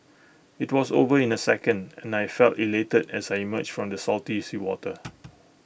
IT was over in A second and I felt elated as I emerged from the salty seawater